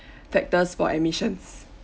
factors for admissions